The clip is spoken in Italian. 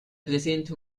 presente